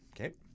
Okay